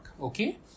okay